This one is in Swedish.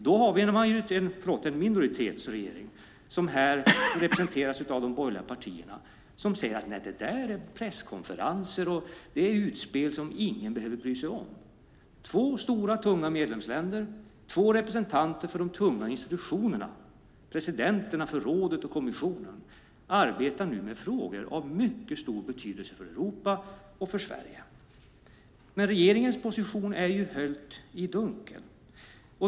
Då har vi en minoritetsregering som här representeras av de borgerliga partierna som säger: Nej, det där är presskonferenser och utspel som ingen behöver bry sig om. Två stora, tunga medlemsländer och två representanter för de tunga institutionerna, presidenterna för rådet och kommissionen, arbetar nu med frågor av mycket stor betydelse för Europa och för Sverige. Men regeringens position är höljd i dunkel.